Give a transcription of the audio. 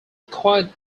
quite